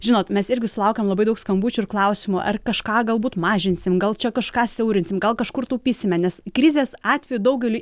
žinot mes irgi sulaukiam labai daug skambučių ir klausimų ar kažką galbūt mažinsim gal čia kažką siaurinsim gal kažkur taupysime nes krizės atveju daugeliui